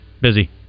busy